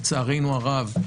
לצערנו הרב,